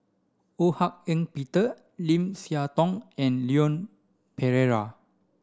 Ho Hak Ean Peter Lim Siah Tong and Leon Perera